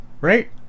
right